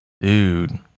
Dude